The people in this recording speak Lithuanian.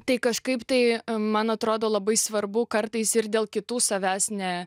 tai kažkaip tai man atrodo labai svarbu kartais ir dėl kitų savęs ne